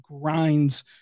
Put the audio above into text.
grinds